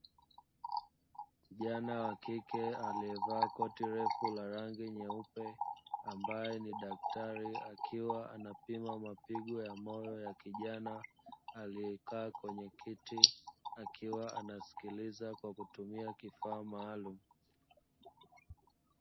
Kijana wa kike aliyevaa koti refu la rangi nyeupe ambaye ni daktari akiwa anapima mapigo ya moyo ya kijana, aliyekaa kwenye kiti, akiwa anasikiliza kwa kutumia kifaa maalumu.